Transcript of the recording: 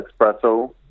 Espresso